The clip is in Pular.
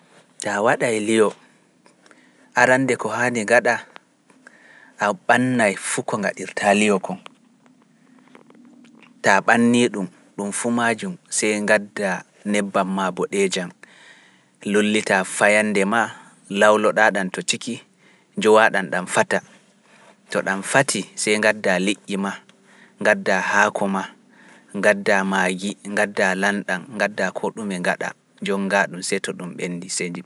Taa waɗae liyo, arande ko haani gaɗa, a ɓannay fuu ko gaɗirta liyo ma, sai njowa nebbam ma dan fati sey gadda liƴƴi ma, gadda haako ma, gadda ma ji, gadda lanɗa, gadda ko ɗume gaɗa, jomnga ɗum seeto ɗum ɓendi.